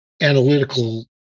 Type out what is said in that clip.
analytical